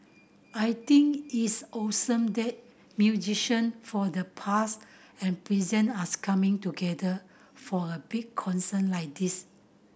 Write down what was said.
I think it's awesome that musician for the past and present as coming together for a big concert like this